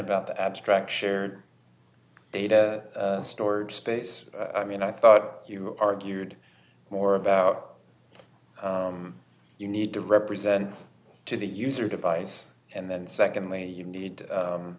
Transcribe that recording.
about the abstract shared data storage space i mean i thought you argued more about you need to represent to the user device and then secondly you need